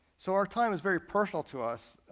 so our time is very partial to us,